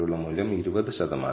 ഈ ദൂരം Yi y̅ ആണ്